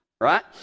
right